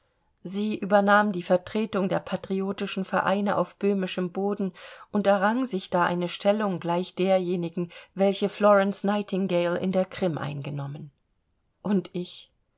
sie übernahm die vertretung der patriotischen vereine auf böhmischem boden und errang sich da eine stellung gleich derjenigen welche florence nightingale in der krim eingenommen und ich